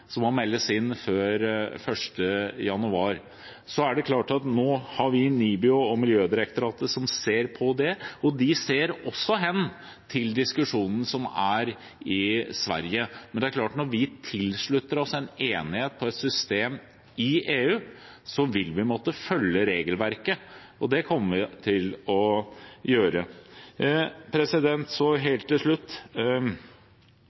som må meldes inn før 1. januar – er det slik at NIBIO og Miljødirektoratet nå ser på det, og de ser også hen til diskusjonen som er i Sverige. Men det er klart at når vi tilslutter oss en enighet om et system i EU, vil vi måtte følge regelverket, og det kommer vi til å gjøre.